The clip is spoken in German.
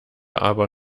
aber